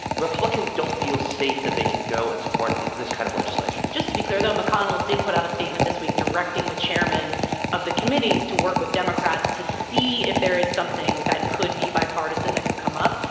republicans don't feel safe that they can go and support this kind of legislation just to be clear, though, mcconnell did put out a statement this week directing the chairman of the committees to work with democrats to see if there is something that could be bipartisan that could come up.